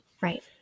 Right